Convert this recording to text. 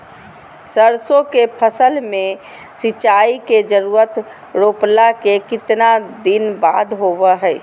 सरसों के फसल में सिंचाई के जरूरत रोपला के कितना दिन बाद होबो हय?